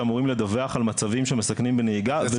שאמורים לדווח על מצבים שמסכנים בנהיגה.